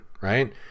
right